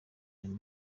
ntari